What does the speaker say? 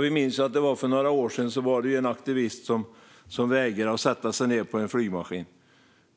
Vi minns att det för några år sedan var en aktivist som vägrade att sätta sig ned i en flygmaskin,